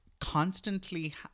constantly